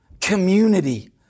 community